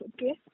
Okay